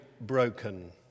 broken